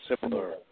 similar